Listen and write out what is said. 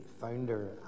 founder